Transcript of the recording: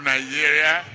Nigeria